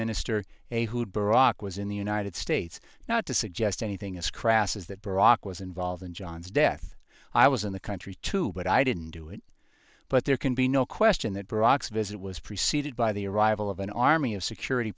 minister a who brock was in the united states not to suggest anything as crass as that barak was involved in john's death i was in the country too but i didn't do it but there can be no question that barracks visit was preceded by the arrival of an army of security